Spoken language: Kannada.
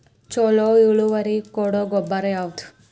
ಛಲೋ ಇಳುವರಿ ಕೊಡೊ ಗೊಬ್ಬರ ಯಾವ್ದ್?